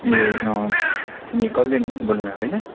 ए अनि तिमी कल्याण बोल्न भएको होइन